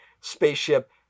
spaceship